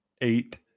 eight